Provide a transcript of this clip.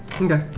Okay